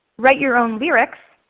write your own lyrics,